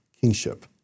kingship